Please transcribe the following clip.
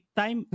time